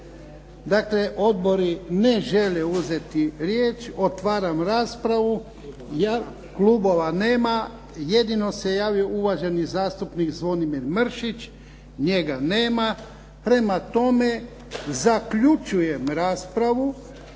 Dakle, odbori ne žele uzeti riječ. Otvaram raspravu. Klubova nema. Jedino se javio uvaženi zastupnik Zvonimir Mršić. Njega nema. Prema tome zaključujem raspravu